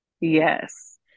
yes